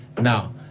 Now